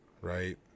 Right